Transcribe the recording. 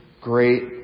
great